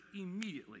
immediately